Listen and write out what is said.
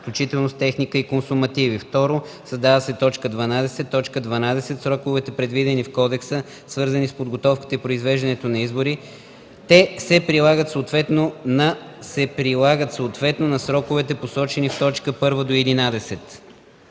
включително с техника и консумативи”. 2. Създава се т. 12: „12. Сроковете, предвидени в кодекса, свързани с подготовката и произвеждането на изборите се прилагат съответно на сроковете, посочени в т. 1-11”.”